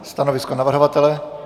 Stanovisko navrhovatele?